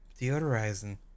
deodorizing